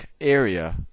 area